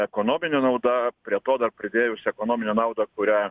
ekonomine nauda prie to dar pridėjus ekonominę naudą kurią